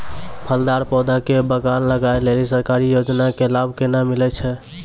फलदार पौधा के बगान लगाय लेली सरकारी योजना के लाभ केना मिलै छै?